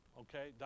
okay